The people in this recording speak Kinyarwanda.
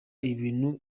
ibintu